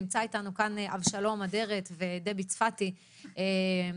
נמצא איתנו כאן אבשלום אדרת ודבי צפתי מהעמותה